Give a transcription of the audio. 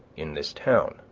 in this town,